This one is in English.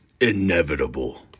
inevitable